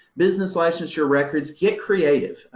business licensure records. get creative.